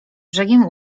brzegiem